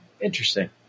Interesting